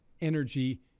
energy